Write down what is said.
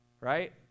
right